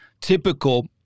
typical